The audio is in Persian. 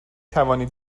توانید